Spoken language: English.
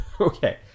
Okay